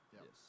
Yes